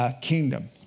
kingdom